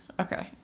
Okay